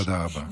תודה רבה.